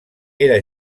era